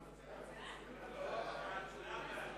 התשס"ט 2009. ההצעה להעביר את